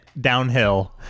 downhill